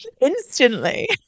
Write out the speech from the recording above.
instantly